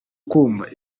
kumva